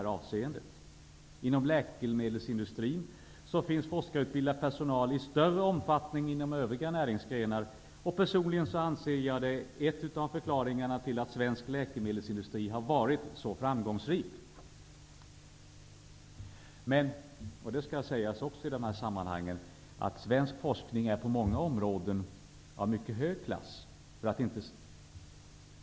Inom läkemedelsindustrin finns forskarutbildad personal i större omfattning än inom övriga näringsgrenar. Personligen anser jag att det är en av förklaringarna till att svensk läkemedelsindustri varit så framgångsrik. Det skall dock sägas i detta sammanhang att svensk forskning på många områden är av en mycket hög klass.